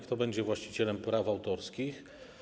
Kto będzie właścicielem praw autorskich?